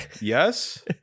Yes